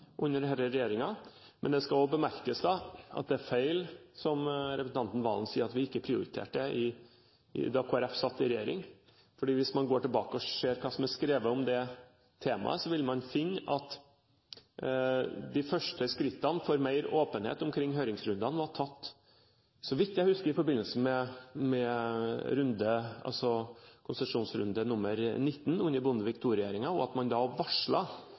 under denne regjeringen. Men det skal også bemerkes at det er feil, som representanten Serigstad Valen sier, at vi ikke prioriterte det da Kristelig Folkeparti satt i regjering. For hvis man går tilbake og ser hva som er skrevet om det temaet, vil man finne at de første skrittene til mer åpenhet omkring høringsrundene ble tatt – så vidt jeg husker – i forbindelse med den 19. konsesjonsrunden, under Bondevik II-regjeringen, og at man da